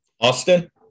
Austin